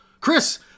Chris